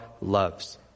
loves